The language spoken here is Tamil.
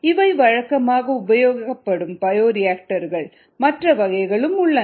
இவை வழக்கமாக உபயோகிக்கப்படும் பயோரியாக்டர்கள் மற்ற வகைகளும் உள்ளன